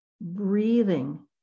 breathing